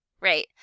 Right